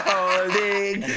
holding